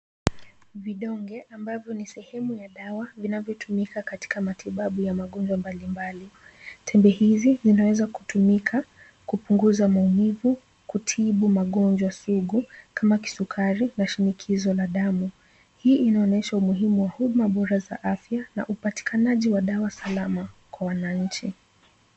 Vidonge ambavyo ni sehemu ya dawa vinavyotumika katika matibabu ya magonjwa mbalimbali. Tembe hizi zinaweza kutumika kupunguza maumivu, kutibu magonjwa sugu kama kisukari na shinikizo la damu. Hii inaonyesha umuhimu wa huduma bora za afya na upatikanaji wa dawa salama kwa wananchi.